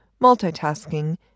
multitasking